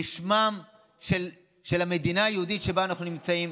לשמה של המדינה היהודית שבה אנחנו נמצאים,